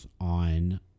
on